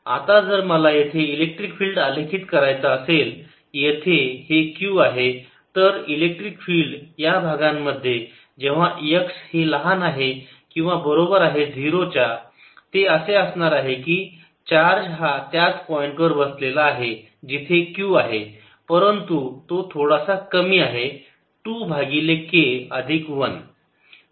आता जर मला येथे इलेक्ट्रिक फील्ड आलेखीत करायचा असेल येथे हे q आहे तर इलेक्ट्रिक फिल्ड या भागांमध्ये जेव्हा x हे लहान आहे किंवा बरोबर आहे 0 च्या ते असे असणार आहे की चार्ज हा त्याच पॉईंट वर बसलेला आहे जिथे q आहे परंतु तो थोडासा कमी आहे 2 भागिले k अधिक 1